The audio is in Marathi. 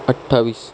अठ्ठावीस